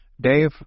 Dave